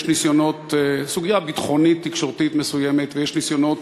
יש סוגיה ביטחונית-תקשורתית מסוימת ויש ניסיונות